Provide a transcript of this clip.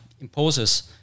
imposes